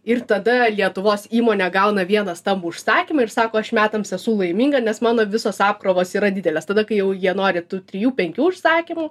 ir tada lietuvos įmonė gauna vieną stambų užsakymą ir sako aš metams esu laiminga nes mano visos apkrovos yra didelės tada kai jau jie nori tų trijų penkių užsakymų